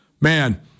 man